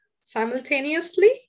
simultaneously